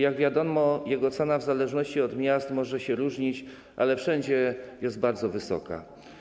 Jak wiadomo, jego cena w zależności od miasta może się różnić, ale wszędzie jest bardzo wysoka.